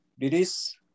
release